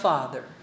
Father